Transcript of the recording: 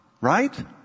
Right